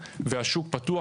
והשוק פתוח,